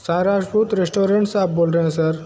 sir Rajput restaurant से आप बोल रहे हैं सर